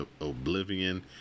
Oblivion